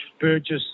Burgess